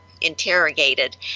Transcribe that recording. interrogated